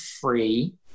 free